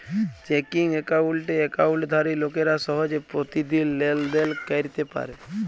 checking একাউল্টে একাউল্টধারি লোকেরা সহজে পতিদিল লেলদেল ক্যইরতে পারে